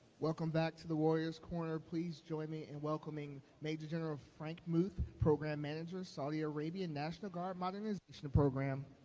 welcome back to the warrior's corner. please join me in welcoming major general frank muth, program manager, saudi arabian national guard modernization program.